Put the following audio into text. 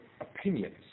opinions